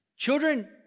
Children